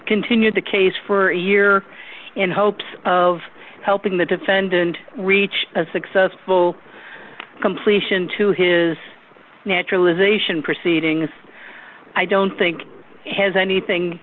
continued the case for a year in hopes of helping the defendant reach a successful completion to his naturalization proceedings i don't think it has anything